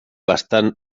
bastant